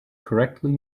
correctly